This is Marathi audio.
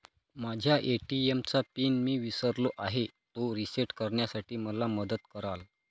माझ्या ए.टी.एम चा पिन मी विसरलो आहे, तो रिसेट करण्यासाठी मला मदत कराल?